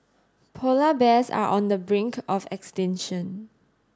polar bears are on the brink of extinction